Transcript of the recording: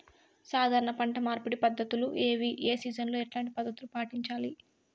సాధారణ పంట మార్పిడి పద్ధతులు ఏవి? ఏ సీజన్ లో ఎట్లాంటి పద్ధతులు పాటించాలి?